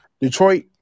Detroit